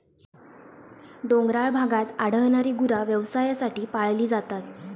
डोंगराळ भागात आढळणारी गुरा व्यवसायासाठी पाळली जातात